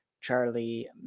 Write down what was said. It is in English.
Charlie